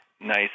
nice